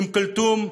אום-כלתום,